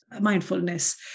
mindfulness